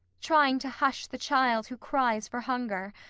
trying to hush the child who cries for hunger,